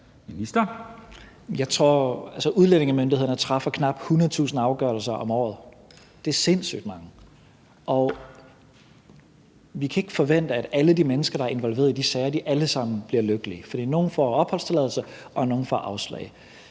Tesfaye): Altså, udlændingemyndighederne træffer knap 100.000 afgørelser om året. Det er sindssygt mange. Og vi kan ikke forvente, at alle de mennesker, der er involveret i de sager, bliver lykkelige, for nogle får opholdstilladelse, og nogle får afslag.